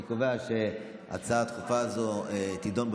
אני קובע שהצעה דחופה זו תידון,